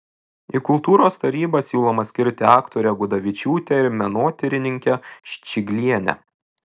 į kultūros tarybą siūloma skirti aktorę gudavičiūtę ir menotyrininkę ščiglienę